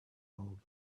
old